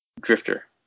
Drifter